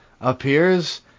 appears